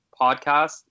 podcast